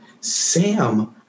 Sam